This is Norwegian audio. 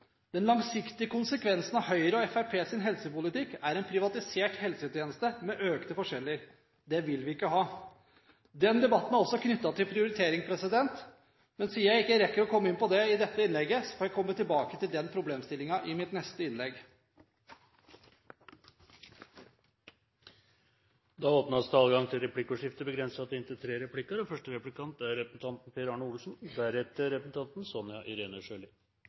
Den langsiktige konsekvensen av Høyres og Fremskrittspartiets helsepolitikk er en privatisert helsetjeneste med økte forskjeller. Det vil vi ikke ha. Den debatten er altså knyttet til prioritering, men siden jeg ikke rekker å komme inn på det i dette innlegget, får jeg komme tilbake til den problemstillingen i mitt neste innlegg. Det blir replikkordskifte. Jeg har også lyst til å forfølge dette med ideologi. For Fremskrittspartiet er